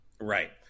right